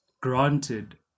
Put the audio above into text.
granted